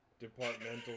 Departmental